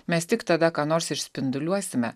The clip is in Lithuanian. mes tik tada ką nors išspinduliuosime